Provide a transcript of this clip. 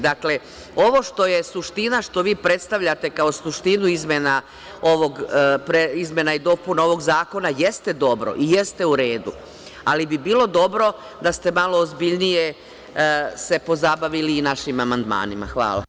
Dakle, ovo što je suština što vi predstavljate kao suštinu izmena i dopuna ovog zakona jeste dobro i jeste u redu, ali bi bilo dobro da ste se malo ozbiljnije pozabavili i našim amandmanima.